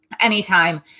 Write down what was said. anytime